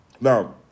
Now